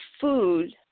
food